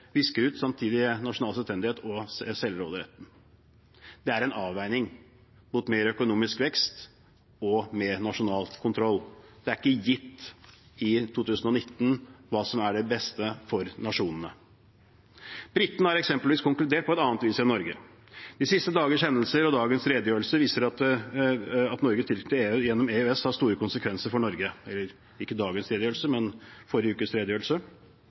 og selvråderett. Det er en avveining – mot mer økonomisk vekst og mer nasjonal kontroll. Det er ikke gitt i 2019 hva som er det beste for nasjonene. Britene har eksempelvis konkludert på et annet vis enn Norge. De siste dagers hendelser og redegjørelsen for halvannen uke siden viser at Norges tilknytning til EU gjennom EØS har store konsekvenser for Norge